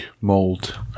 mold